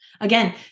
Again